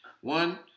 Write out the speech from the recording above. One